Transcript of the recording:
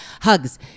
Hugs